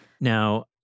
Now